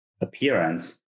appearance